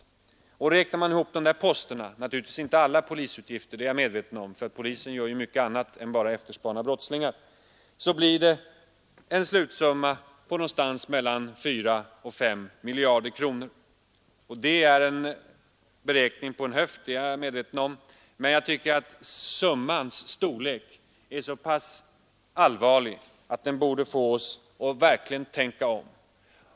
Räknar man ihop de där posterna — jag är medveten om att samtliga polisutgifter naturligtvis inte skall tas med, för polisen gör ju mycket annat än efterspanar brottslingar — så blir det en slutsumma som ligger mellan 4 och 5 miljarder kronor. Detta är en beräkning på en höft det medger jag — men jag tycker att summans storlek är sådan att den verkligen borde få oss att allvarligt tänka om.